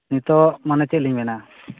ᱱᱤᱛᱚᱜ ᱢᱟᱱᱮ ᱪᱮᱫ ᱞᱤᱧ ᱢᱮᱱᱟ